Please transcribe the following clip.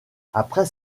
après